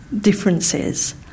differences